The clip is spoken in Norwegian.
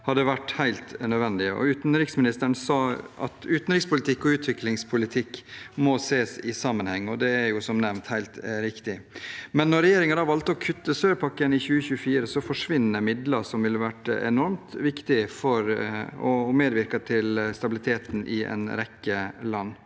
hadde vært helt nødvendig. Utenriksministeren sa at utenrikspolitikk og utviklingspolitikk må ses i sammenheng. Det er som nevnt helt riktig, men når regjeringen da valgte å kutte sørpakken i 2024, forsvinner midler som ville vært enormt viktige for å medvirke til stabiliteten i en rekke land.